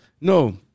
No